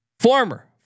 Former